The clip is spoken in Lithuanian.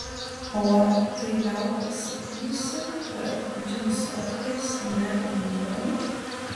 o tai gal pasakysi kad džinsofkės nebe madoj